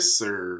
sir